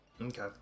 Okay